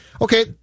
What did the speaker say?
okay